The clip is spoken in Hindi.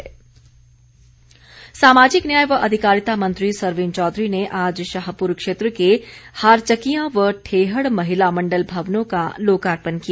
सरवीण चौधरी सामाजिक न्याय व अधिकारिता मंत्री सरवीण चौधरी ने आज शाहप्र क्षेत्र के हारचकियां व ठेहड़ महिला मण्डल भवनों का लोकार्पण किया